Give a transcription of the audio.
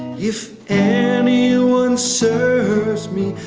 if any one serves me,